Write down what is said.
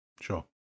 sure